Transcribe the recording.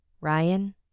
Ryan